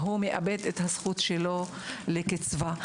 הילד הזה מאבד את הזכות שלו לקצבה אוטומטית.